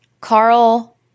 Carl